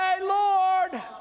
Lord